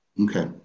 Okay